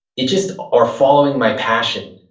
it just, or following my passion,